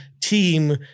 team